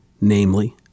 namely